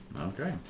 Okay